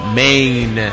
main